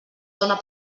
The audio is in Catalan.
dóna